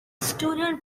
student